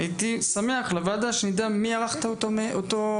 הייתי שמח לוועדה שנדע מי ערך את אותו מחקר?